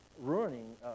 ruining